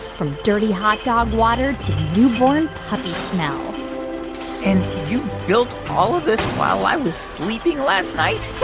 from dirty hot dog water to newborn puppy smell and you built all of this while i was sleeping last night?